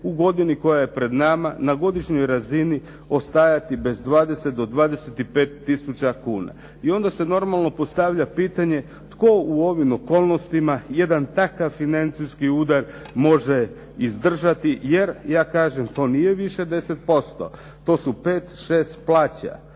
u godini koja je pred nama na godišnjoj razini ostajati bez 20 do 25 tisuća kuna. I onda se normalno postavlja pitanje tko u ovim okolnostima jedan takav financijski udar može izdržati. Jer, ja kažem to nije više 10%, to su pet,